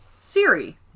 Siri